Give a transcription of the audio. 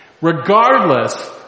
Regardless